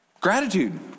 gratitude